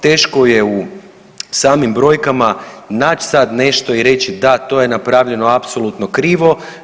Teško je u samim brojkama naći sad nešto i reći, da to je napravljeno apsolutno krivo.